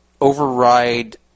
override